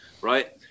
right